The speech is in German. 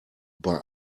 bei